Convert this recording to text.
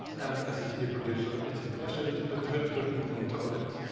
and as a tv producer, it's a pleasure to put hurtigruten on top of it.